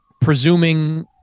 presuming